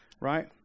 right